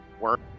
work